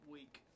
Week